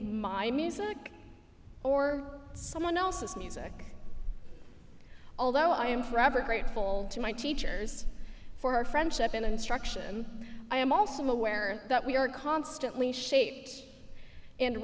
my music or someone else's music although i am forever grateful to my teachers for our friendship and instruction i am also aware that we are constantly shaped and